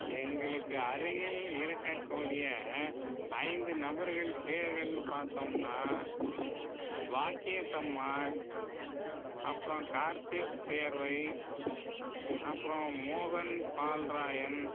எங்களுக்கு அருகில் இருக்கக்கூடிய ஐந்து நபர்கள் பெயர்கள் பார்த்தோம்னா பாக்கியத்தம்மாள் அப்புறோம் கார்த்திக் சேர்வை அப்புறோம் மோகன் பால்ராயன்